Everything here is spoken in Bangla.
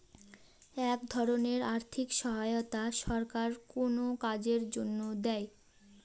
এক ধরনের আর্থিক সহায়তা সরকার কোনো কাজের জন্য দেয়